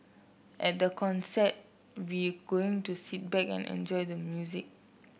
at the concert we going to sit back and enjoy the music